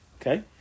Okay